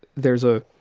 there's a